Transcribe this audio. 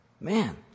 Man